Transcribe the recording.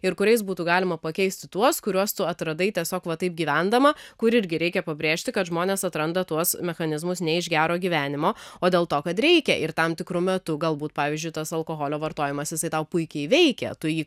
ir kuriais būtų galima pakeisti tuos kuriuos tu atradai tiesiog va taip gyvendama kuri irgi reikia pabrėžti kad žmonės atranda tuos mechanizmus ne iš gero gyvenimo o dėl to kad reikia ir tam tikru metu galbūt pavyzdžiui tas alkoholio vartojimas jisai tau puikiai veikia tu jį